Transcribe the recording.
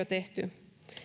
tehty